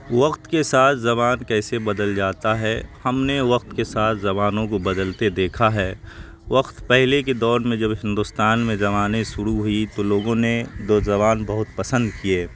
وقت کے ساتھ زبان کیسے بدل جاتا ہے ہم نے وقت کے ساتھ زبانوں کو بدلتے دیکھا ہے وقت پہلے کے دور میں جب ہندوستان میں زبانیں شروع ہوئی تو لوگوں نے دو زبان بہت پسند کیے